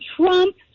Trump